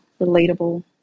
relatable